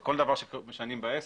כל דבר שמשנים בעסק,